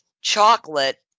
chocolate